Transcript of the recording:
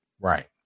Right